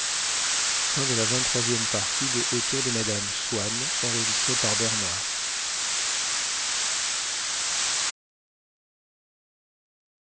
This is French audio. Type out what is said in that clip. de m swann